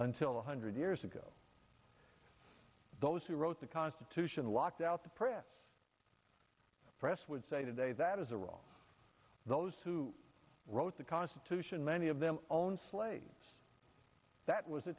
until one hundred years ago those who wrote the constitution locked out the press press would say today that is a wrong those who wrote the constitution many of them own slaves that was a